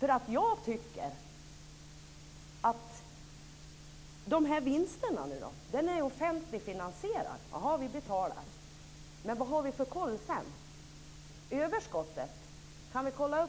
Vad gäller då för vinsterna? Vården är offentligfinansierad. Ja, vi betalar. Men vad har vi för koll sedan? Kan vi kolla upp vart överskottet går?